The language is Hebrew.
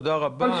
תודה רבה.